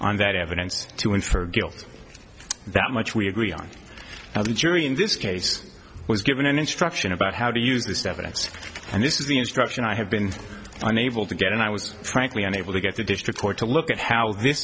on that evidence to infer guilt that much we agree on how the jury in this case was given an instruction about how to use this evidence and this is the instruction i have been unable to get and i was frankly unable to get the district court to look at how this